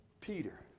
Peter